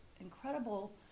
incredible